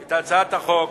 את הצעת החוק